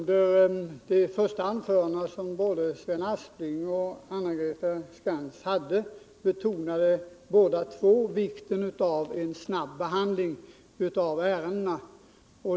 Herr talman! Både Sven Aspling och Anna-Greta Skantz betonade i sina första anföranden vikten av en snabb behandling av ärendena.